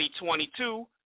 2022